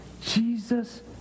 Jesus